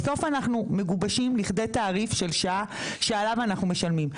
בסוף אנחנו מגובשים לכדי תעריף של שעה שעליו אנחנו משלמים.